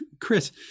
Chris